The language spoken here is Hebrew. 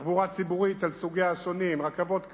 תחבורה ציבורית על סוגיה השונים, רכבות קלות,